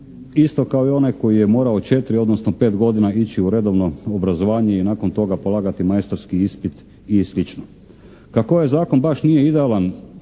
isto kao i onaj koji je morao četiri, odnosno pet godina ići u redovno obrazovanje i nakon toga polagati majstorski ispit i sl. Kako ovaj zakon baš nije idealan,